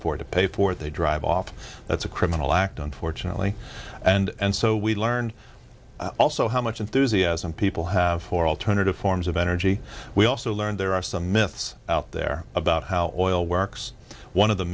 afford to pay for it they drive off that's a criminal act unfortunately and so we learn also how much enthusiasm people have for alternative forms of energy we also learned there are some myths out there about how